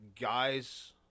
Guys